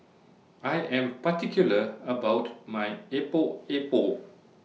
I Am particular about My Epok Epok